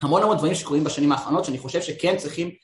המון המון דברים שקרויים בשנים האחרונות, שאני חושב שכן צריכים...